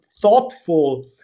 thoughtful